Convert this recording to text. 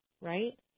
right